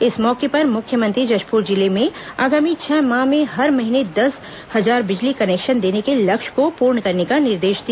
इस मौके पर मुख्यमंत्री ने जशपुर जिले में आगामी छह माह में हर महीने दस हजार बिजली कनेक्शन देने के लक्ष्य को पूर्ण करने का निर्देश दिया